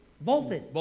Vaulted